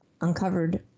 uncovered